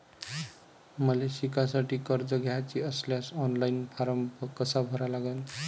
मले शिकासाठी कर्ज घ्याचे असल्यास ऑनलाईन फारम कसा भरा लागन?